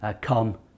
come